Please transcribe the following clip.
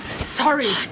Sorry